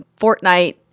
Fortnite